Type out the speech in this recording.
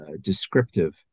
descriptive